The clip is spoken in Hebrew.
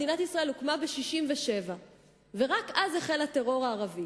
מדינת ישראל הוקמה ב-1967 ורק אז החל הטרור הערבי.